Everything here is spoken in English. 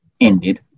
ended